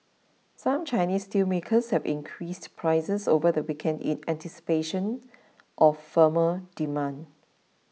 some Chinese steelmakers have increased prices over the weekend in anticipation of firmer demand